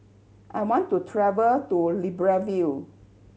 I want to travel to Libreville